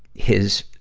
his,